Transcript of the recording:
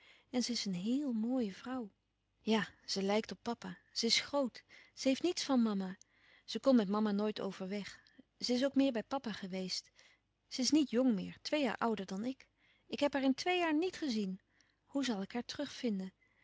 en ze is een heel mooie vrouw ja ze lijkt op papa ze is groot ze heeft niets van mama ze kon met mama nooit overweg ze is ook meer bij papa geweest ze is niet jong meer twee jaar ouder dan ik ik heb haar in twee jaar niet gezien hoe zal ik haar